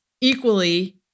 equally